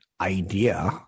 idea